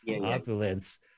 opulence